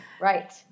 Right